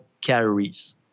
calories